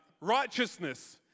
Righteousness